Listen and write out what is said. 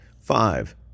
Five